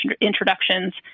introductions